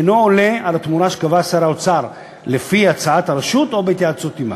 אינה עולה על התמורה שקבע שר האוצר לפי הצעת הרשות או בהתייעצות עמה,